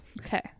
okay